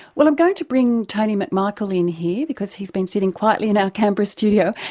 well, i'm going to bring tony mcmichael in here, because he's been sitting quietly in our canberra studio.